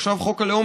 עכשיו חוק הלאום,